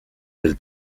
del